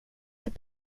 till